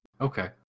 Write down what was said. Okay